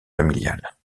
familiales